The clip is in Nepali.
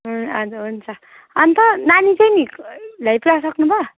हजुर हुन्छ अन्त नानी चाहिँ नि ल्याइपुऱ्याइ सक्नुभयो